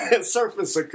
surface